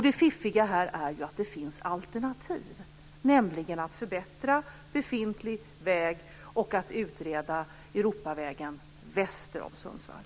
Det fiffiga här är ju att det finns alternativ, nämligen att förbättra befintlig väg och att utreda Europavägen väster om Sundsvall.